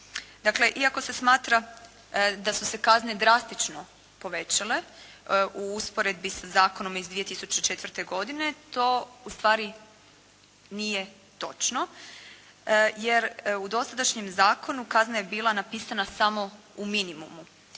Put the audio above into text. iako se smatra da su se kazne drastično povećale u usporedbi sa zakonom iz 2004. godine to ustvari nije točno jer u dosadašnjem zakonu kazna je bila napisana samo u minimumu.